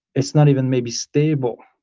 it's not even maybe stable.